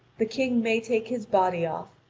the king may take his body off,